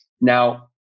Now